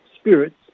spirits